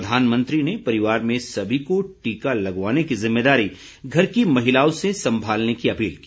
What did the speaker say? प्रधानमंत्री ने परिवार में सभी को टीका लगवाने की जिम्मेदारी घर की महिलाओं से संभालने की अपील की